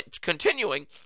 continuing